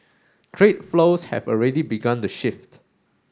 trade flows have already begun to shift